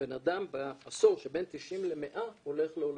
שבן אדם בעשור שבין 90 ל-100 הולך לעולמו,